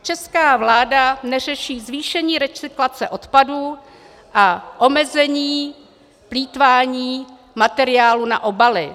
Česká vláda neřeší zvýšení recyklace odpadů a omezení plýtvání materiály na obaly.